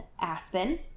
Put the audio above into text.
Aspen